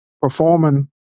performing